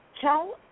Tell